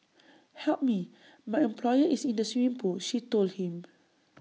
help me my employer is in the swimming pool she told him